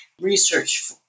research